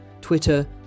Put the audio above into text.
Twitter